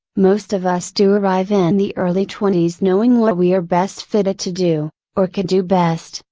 most of us do arrive in the early twenties knowing what we are best fitted to do, or could do best,